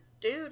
dude